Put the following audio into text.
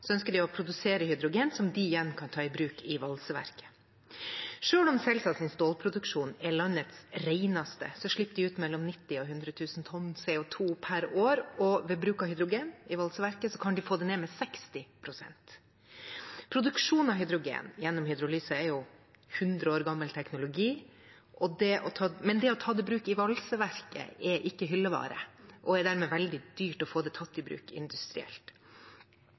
ønsker de å produsere hydrogen som de igjen kan ta i bruk i valseverket. Selv om Celsas stålproduksjon er landets reneste, slipper de ut mellom 90 000 og 100 000 tonn CO 2 per år, og ved bruk av hydrogen i valseverket kan de få det ned med 60 pst. Produksjon av hydrogen gjennom hydrolyse er 100 år gammel teknologi, men det å ta det i bruk i valseverket er ikke hyllevare, og det er dermed veldig dyrt å få tatt det i bruk industrielt.